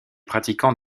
pratiquants